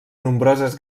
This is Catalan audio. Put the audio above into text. nombroses